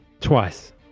twice